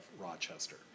Rochester